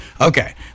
okay